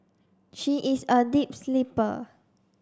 she is a deep sleeper